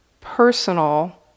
personal